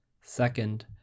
Second